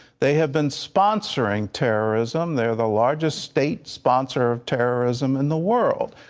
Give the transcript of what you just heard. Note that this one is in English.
they have been sponsoring terrorism. they are the largest state sponsor of terrorism in the world.